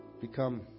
become